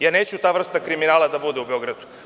Ja neću ta vrsta kriminala da bude u Beogradu.